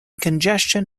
congestion